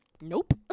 nope